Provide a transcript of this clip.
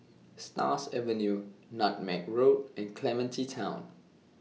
Stars Avenue Nutmeg Road and Clementi Town